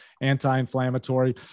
anti-inflammatory